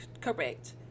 correct